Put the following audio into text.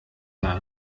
jahr